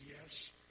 yes